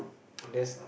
there's